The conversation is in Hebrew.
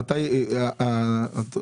אגב,